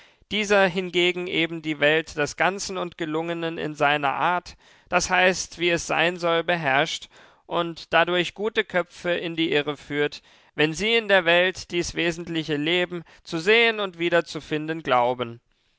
dieser hingegen eben die welt des ganzen und gelungenen in seiner art d h wie es sein soll beherrscht und dadurch gute köpfe in die irre führt wenn sie in der welt dies wesentliche leben zu sehen und wiederzufinden glauben